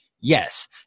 Yes